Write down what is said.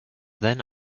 then